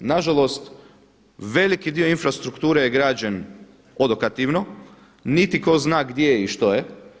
Na žalost veliki dio infrastrukture je građen odokativno, niti tko zna gdje je i što je.